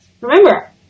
Remember